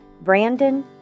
Brandon